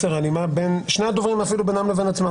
ההלימה בין שני הדוברים, אפילו בינם לבין עצמם.